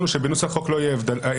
חשוב לנו שבנוסח החוק לא יהיה הבדל.